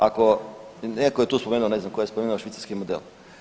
Ako, netko je tu spomenuo, ne znam tko je spomenuo švicarski model.